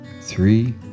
three